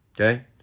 Okay